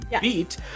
beat